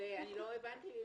ואני לא הבנתי,